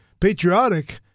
patriotic